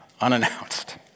unannounced